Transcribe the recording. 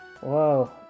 Whoa